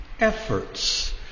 efforts